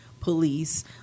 police